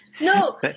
no